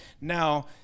Now